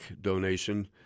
donation